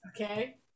Okay